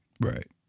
Right